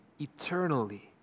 eternally